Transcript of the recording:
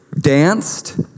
Danced